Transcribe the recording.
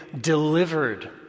delivered